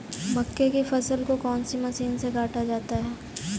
मक्के की फसल को कौन सी मशीन से काटा जाता है?